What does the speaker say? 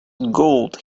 gold